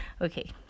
Okay